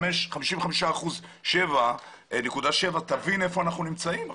55.7 אחוזים, תבין היכן אנחנו נמצאים.